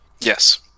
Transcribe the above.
Yes